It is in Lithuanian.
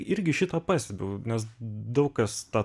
irgi šitą pastebiu nes daug kas tą